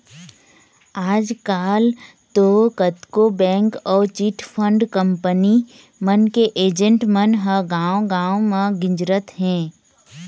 आजकल तो कतको बेंक अउ चिटफंड कंपनी मन के एजेंट मन ह गाँव गाँव म गिंजरत हें